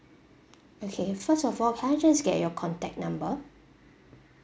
okay first of all can I just get your contact number